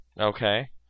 Okay